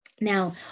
Now